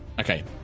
Okay